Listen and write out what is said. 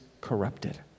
corrupted